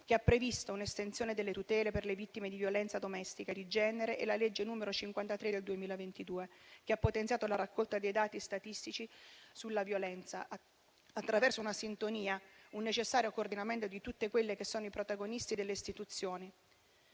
che ha previsto l'estensione delle tutele per le vittime di violenza domestica e di genere, e la legge n. 53 del 2022, che ha potenziato la raccolta dei dati statistici sulla violenza attraverso il necessario coordinamento di tutti i protagonisti delle istituzioni.